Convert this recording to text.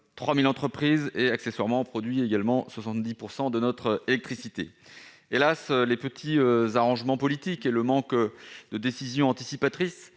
3 000 entreprises. Accessoirement, il produit 70 % de notre électricité ... Las, les petits arrangements politiques et le manque de décisions anticipatrices